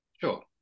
Sure